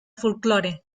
folklore